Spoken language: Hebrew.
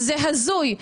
זה הזוי.